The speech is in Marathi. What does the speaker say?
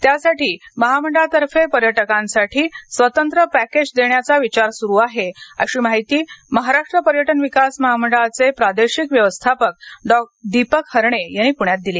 त्यासाठी महामंडळातर्फे पर्यटकांसाठी स्वतंत्र पॅकेज देण्याचा विचार सुरू आहे अशी माहिती महाराष्ट्र पर्यटन विकास महामंडळाचे प्रादेशिक व्यवस्थापक दीपक हरणे यांनी पुण्यात दिली